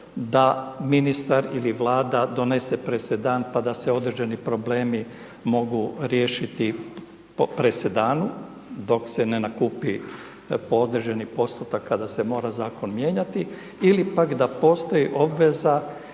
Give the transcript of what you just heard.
da ministar ili vlada donese presedan pa da se određeni problemi mogu riješiti po presedanu dok se ne nakupi po određeni postupak kada se mora zakon mijenjati ili pak da postoji obveza